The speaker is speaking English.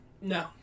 No